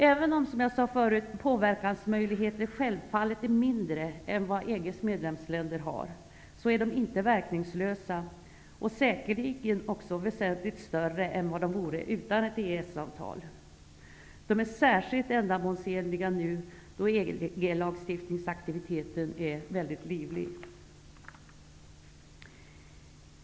Även om, som jag tidigare nämnde, påverkansmöjligheterna självfallet är mindre än EG:s medlemsländers är de inte verkningslösa. De är säkerligen också väsentligt större än vad de vore utan ett EES-avtal. De är särskilt ändamålsenliga nu när EG lagstiftningsaktiviteten är väldigt livlig.